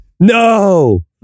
No